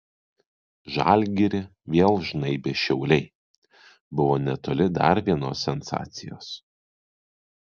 žalgirį vėl žnaibę šiauliai buvo netoli dar vienos sensacijos